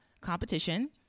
competition